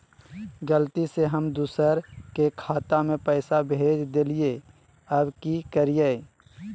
गलती से हम दुसर के खाता में पैसा भेज देलियेई, अब की करियई?